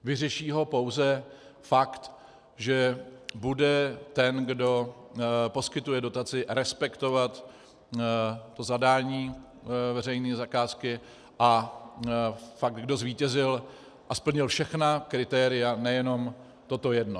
Vyřeší ho pouze fakt, že bude ten, kdo poskytuje dotaci, respektovat to zadání veřejné zakázky a fakt, kdo zvítězil a splnil všechna kritéria, nejenom toto jedno.